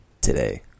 today